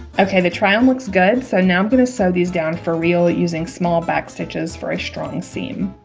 okay the try on looks good so now i'm going to sew these down for real using small back stitches for a strong seam